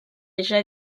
déjà